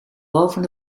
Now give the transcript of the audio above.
boven